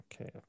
okay